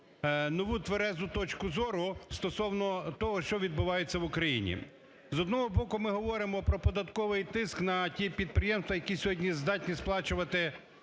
нову тверезу точку зору стосовно того, що відбувається в Україні. З одного боку, ми говоримо про податковий тиск на ті підприємства, які сьогодні здатні сплачувати